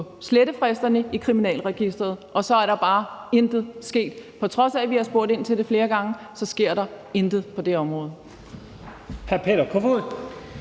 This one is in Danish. slettefristerne i Kriminalregisteret – og så er der bare intet sket. På trods af at vi har spurgt ind til det flere gange, sker der intet på det område.